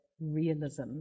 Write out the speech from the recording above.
realism